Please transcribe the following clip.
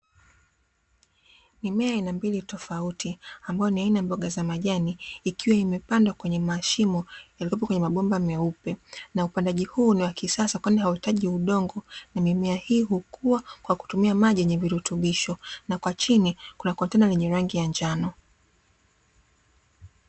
Mimea ya aina mbili tofauti, ambayo ni aina ya mboga za majani, ikiwa imepandwa kwenye mashimo yaliyopo kwenye mabomba meupe na upandaji huu ni wa kisasa kwani hauhitaji udongo, na mimea hii hukua kwa kutumia maji yenye virutubisho na kwa chini kuna kontena lenye rangi ya njano.